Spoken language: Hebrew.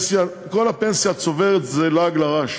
הפנסיה הצוברת היא לעג לרש.